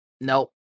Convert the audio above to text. Nope